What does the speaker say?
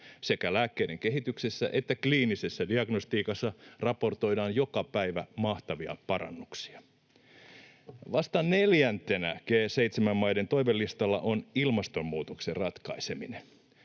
Sekä lääkkeiden kehityksessä että kliinisessä diagnostiikassa raportoidaan joka päivä mahtavia parannuksia. Vasta neljäntenä G7-maiden toivelistalla on ilmastonmuutoksen ratkaiseminen.